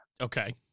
Okay